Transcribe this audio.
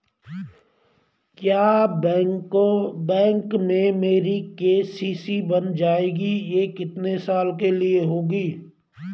क्या बैंक में मेरी के.सी.सी बन जाएगी ये कितने साल के लिए होगी?